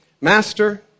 Master